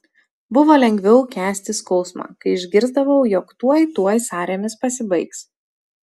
buvo lengviau kęsti skausmą kai išgirsdavau jog tuoj tuoj sąrėmis pasibaigs